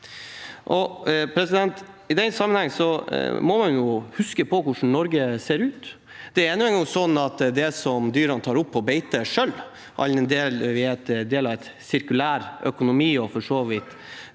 I den sammenhengen må man huske på hvordan Norge ser ut. Det er nå engang sånn at det som dyrene selv tar opp på beite, all den tid vi er en del av en sirkulær økonomi, og for så vidt